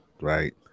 right